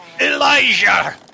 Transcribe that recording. Elijah